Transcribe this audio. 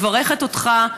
אני מברכת אותך,